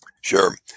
Sure